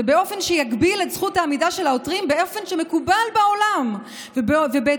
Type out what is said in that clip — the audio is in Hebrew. להגביל את זכות העמידה של העותרים באופן שמקובל בעולם ובהתאם